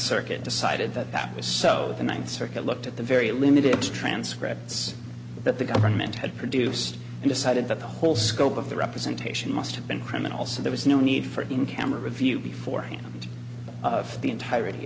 circuit decided that that was so the ninth circuit looked at the very limited transcripts that the government had produced and decided that the whole scope of the representation must have been criminal so there was no need for in camera view before hand of the entire